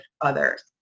others